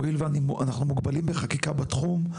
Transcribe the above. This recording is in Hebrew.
הואיל ואנחנו מוגבלים בחקיקה בתחום,